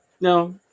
No